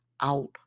out